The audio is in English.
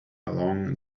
along